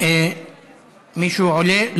מישהו עולה?